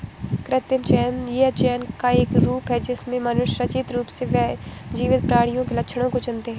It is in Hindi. कृत्रिम चयन यह चयन का एक रूप है जिससे मनुष्य सचेत रूप से जीवित प्राणियों के लक्षणों को चुनते है